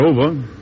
over